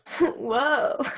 whoa